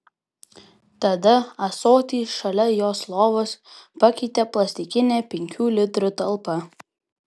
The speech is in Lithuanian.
tada ąsotį šalia jos lovos pakeitė plastikinė penkių litrų talpa